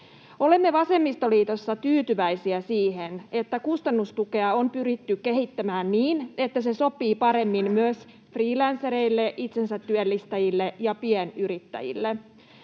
Olemme vasemmistoliitossa tyytyväisiä siihen, että kustannustukea on pyritty kehittämään niin, että se sopii paremmin myös freelancereille, itsensätyöllistäjille ja pienyrittäjille.